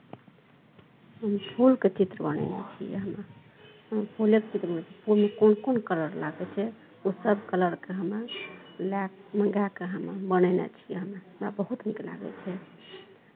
हम फूलके चित्र बनेने छी हमे फूलेके चित्र कहलियै कोन कोन कलर लागै छै ओसभ कलरकेँ हमे लए कऽ मङ्गाए कऽ हमे बनेने छियै हमे हमरा बहुत नीक लागै छै